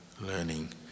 learning